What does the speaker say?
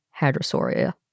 Hadrosauria